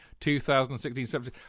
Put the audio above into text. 2016-17